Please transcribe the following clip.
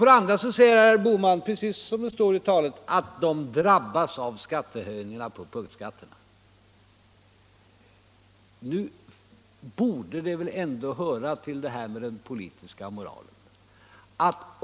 För det andra, säger herr Bohman, precis som det står i hans tal, att pensionärerna drabbas av skattehöjningarna på punktskatterna. Nu borde det väl ändå höra till den politiska moralen att tala om hur det verkligen ligger till.